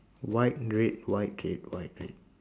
white red white red white red